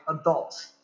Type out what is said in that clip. adults